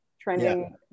Trending